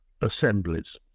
assemblies